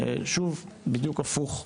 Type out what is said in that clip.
שוב, בדיוק הפוך,